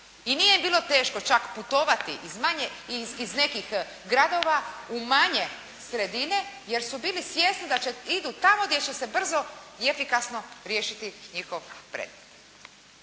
i nije im bilo teško čak putovati iz manje, iz nekih gradova u manje sredine jer su bili svjesni da idu tamo gdje će se brzo i efikasno riješiti njihov predmet.